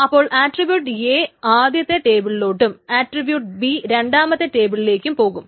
അപ്പോൾ attribute A ആദ്യത്തെ ടേബിളിലോട്ടും ആട്രിബ്യൂട്ട് B രണ്ടാമത്തെ ടേബിളിലിലേക്കും പോകും